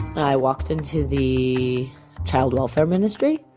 i walked into the child welfare ministry,